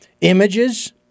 images